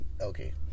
okay